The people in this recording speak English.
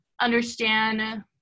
understand